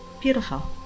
Beautiful